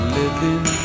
living